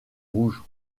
rouges